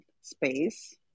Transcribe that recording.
space